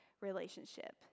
relationship